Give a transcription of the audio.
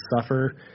suffer